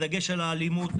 בדגש על האלימות,